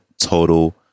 Total